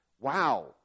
Wow